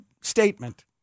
statement